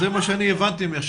זה מה שאני הבנתי ממך,